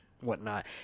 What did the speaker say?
whatnot